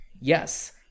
Yes